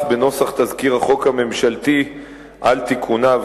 בנוסח תזכיר החוק הממשלתי על תיקוניו,